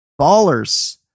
Ballers